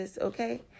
okay